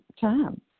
time